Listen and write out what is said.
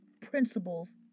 principles